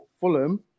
Fulham